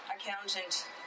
accountant